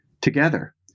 together